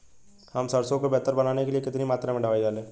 हम सरसों को बेहतर बनाने के लिए कितनी मात्रा में दवाई डालें?